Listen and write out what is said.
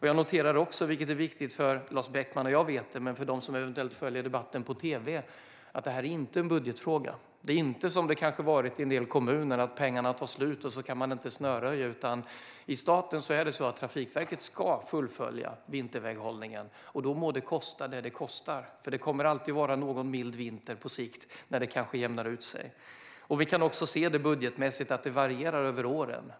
Jag noterar också att detta inte är en budgetfråga - Lars Beckman och jag själv vet detta, men det är viktigt att veta för dem som eventuellt följer debatten på tv. Det är inte som det kanske har varit i en del kommuner - att man inte kan snöröja när pengarna tar slut. I staten är det så att Trafikverket ska fullfölja vinterväghållningen, och det må kosta vad det kostar. På sikt kommer det ändå alltid att komma någon mild vinter så att det jämnar ut sig. Vi kan också se att det varierar budgetmässigt över åren.